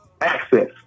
access